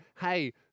hey